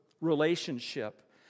relationship